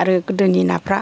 आरो गोदोनि नाफोरा